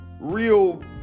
real